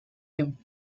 him